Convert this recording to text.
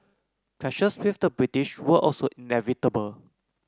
clashes with the British were also inevitable